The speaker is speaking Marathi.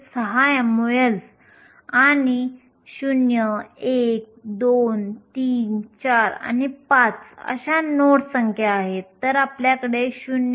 जर आपण अनुप्रयोगांच्याउपयोगाच्या दृष्टीने पाहिले तर आंतरिक अर्धवाहकांमध्ये काही अनुप्रयोगउपयोग असतात परंतु संपूर्ण नाही